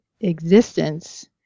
existence